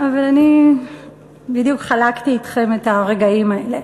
בדיוק חלקתי אתכם את הרגעים האלה.